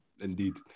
Indeed